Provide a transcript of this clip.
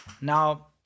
Now